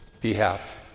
behalf